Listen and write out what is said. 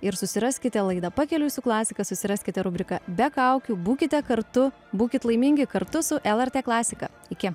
ir susiraskite laidą pakeliui su klasika susiraskite rubriką be kaukių būkite kartu būkit laimingi kartu su lrt klasika iki